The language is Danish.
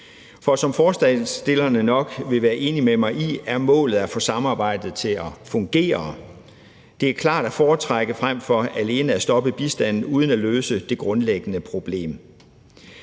for som forslagsstillerne nok vil være enig med mig i, er målet at få samarbejdet til at fungere. Det er klart at foretrække frem for alene at stoppe bistanden uden at løse det grundlæggende problem,